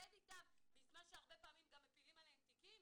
להתמודד איתם בזמן שהרבה פעמים גם מפילים עליהם תיקים?